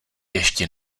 ještě